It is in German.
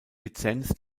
lizenz